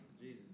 Jesus